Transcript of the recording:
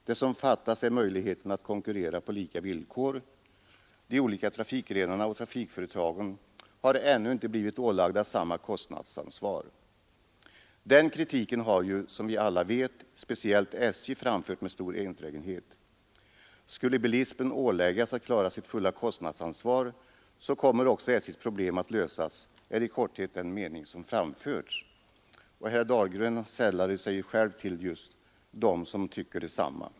Det som fattas är möjligheterna att konkurrera på lika villkor — de olika transportgrenarna och trafikföretagen har ännu inte blivit ålagda samma kostnadsansvar. Den kritiken har ju, som vi alla vet, speciellt SJ framfört med stor enträgenhet. Skulle bilismen åläggas att klara sitt fulla kostnadsansvar, så kommer också SJ:s problem att lösas, är i korthet den mening som framförts. Herr Dahlgren har sällat sig till dem som tyckt detsamma.